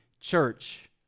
Church